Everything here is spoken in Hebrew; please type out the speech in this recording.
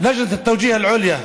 בערבית ומתרגם:)